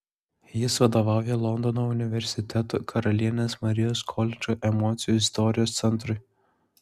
jis vadovauja londono universiteto karalienės marijos koledžo emocijų istorijos centrui